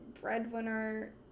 breadwinner